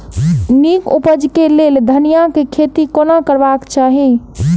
नीक उपज केँ लेल धनिया केँ खेती कोना करबाक चाहि?